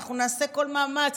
אנחנו נעשה כל מאמץ.